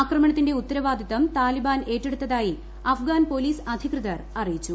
ആക്രമണത്തിന്റെ ഉത്തരവാദിത്വം താലിബ്ട്റ്റ് ഏറ്റെടുത്തായി അഫ്ഗാൻ പോലീസ് അധികൃതർ അറിയിച്ചു